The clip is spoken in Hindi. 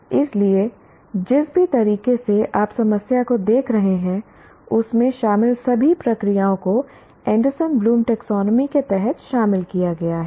इसलिए जिस भी तरीके से आप समस्या को देख रहे हैं उसमें शामिल सभी प्रक्रियाओं को एंडरसन ब्लूम टैक्सोनॉमी के तहत शामिल किया गया है